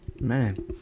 Man